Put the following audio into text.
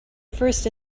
first